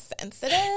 sensitive